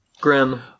Grim